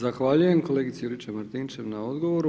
Zahvaljujem kolegici Juričev Martinčev na odgovoru.